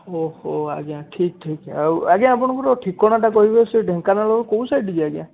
ଓହୋ ଆଜ୍ଞା ଠିକ୍ ଠିକ୍ ଆଉ ଆଜ୍ଞା ଆପଣଙ୍କର ଠିକଣାଟା କହିବେ ସେ ଢେଙ୍କାନାଳର କଉ ସାଇଡ୍ କି ଆଜ୍ଞା